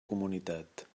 comunitat